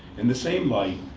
in the same light,